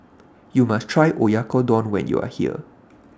YOU must Try Oyakodon when YOU Are here